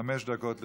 חמש דקות לרשותך,